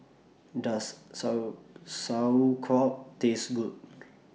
Does So Sauerkraut Taste Good